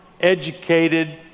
educated